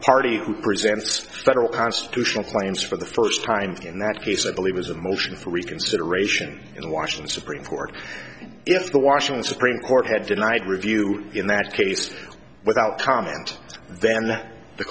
party who presents federal constitutional claims for the first time in that case i believe was a motion for reconsideration in washington supreme court if the washington supreme court had denied review in that case without comment then the